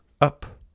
up